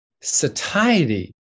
satiety